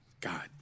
God